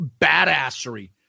badassery